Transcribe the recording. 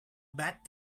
bad